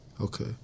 Okay